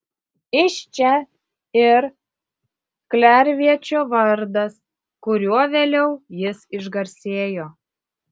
iš čia ir klerviečio vardas kuriuo vėliau jis išgarsėjo